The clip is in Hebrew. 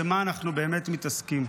במה אנחנו באמת מתעסקים.